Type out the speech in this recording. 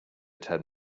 turned